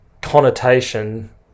connotation